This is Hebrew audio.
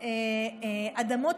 אדמות